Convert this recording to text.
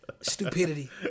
Stupidity